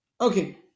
Okay